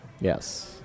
Yes